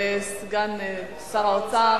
לסגן שר האוצר,